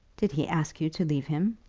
did he ask you to leave him?